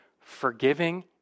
forgiving